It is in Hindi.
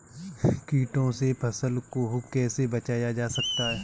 कीटों से फसल को कैसे बचाया जा सकता है?